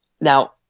now